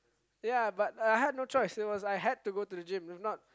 ya but I had no choice it was I had to go to the gym if not